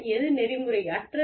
எது நெறிமுறையற்றது